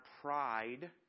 pride